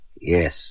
Yes